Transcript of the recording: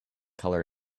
color